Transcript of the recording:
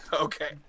okay